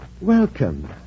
welcome